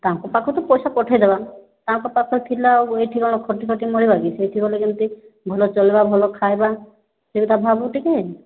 ତାଙ୍କ ପାଖକୁ ତ ପଇସା ପଠାଇଦେବା ତାଙ୍କ ପାଖରେ ଥିଲେ ଆଉ ଏଇଠି କ'ଣ ଖଟି ଖଟି ମରିବା କି ସେଇଠି ଗଲେ ଯେମିତି ଭଲ ଚଳିବା ଭଲ ଖାଇବା ସେ କଥା ଭାବ ଟିକିଏ